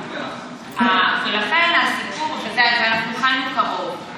ואנחנו חיינו קרוב.